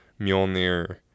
Mjolnir